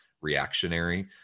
reactionary